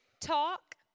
talk